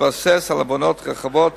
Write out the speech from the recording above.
ותתבסס על הבנות רחבות